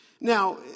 Now